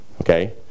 Okay